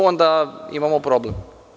Onda imamo problem.